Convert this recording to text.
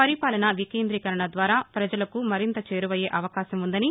పరిపాలన వికేంద్రీకరణ ద్వారా ప్రజలకు మరింత చేరువయ్యే అవకాశం ఉ ందని